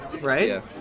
right